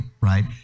right